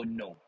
no